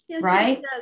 right